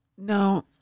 No